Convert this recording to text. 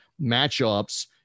matchups